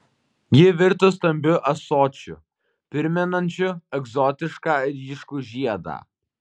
ji virto stambiu ąsočiu primenančiu egzotišką ryškų žiedą